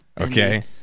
okay